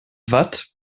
watt